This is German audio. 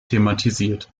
thematisiert